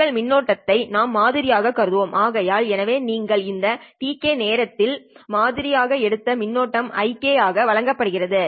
உங்கள் மின்னோட்டத்தை நாம் மாதிரி ஆக கருதுகிறோம் ஆகையால் எனவே நீங்கள் இந்த tk நேரத்தில் மாதிரி ஆக எடுத்த மின்னோட்டம் ik ஆக வழங்கப்படுகிறது